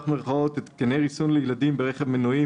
"התקני ריסון לילדים ברכב מנועי,